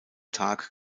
tag